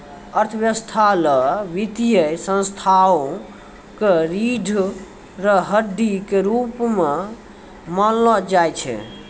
अर्थव्यवस्था ल वित्तीय संस्थाओं क रीढ़ र हड्डी के रूप म मानलो जाय छै